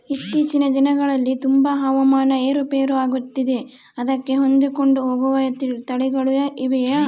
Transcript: ಇತ್ತೇಚಿನ ದಿನಗಳಲ್ಲಿ ತುಂಬಾ ಹವಾಮಾನ ಏರು ಪೇರು ಆಗುತ್ತಿದೆ ಅದಕ್ಕೆ ಹೊಂದಿಕೊಂಡು ಹೋಗುವ ತಳಿಗಳು ಇವೆಯಾ?